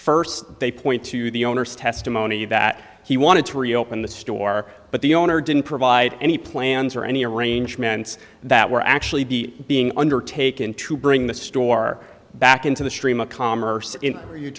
first they point to the owner's testimony that he wanted to reopen the store but the owner didn't provide any plans or any arrangements that were actually be being undertaken to bring the store back into the stream of commerce